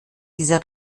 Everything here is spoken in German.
dieser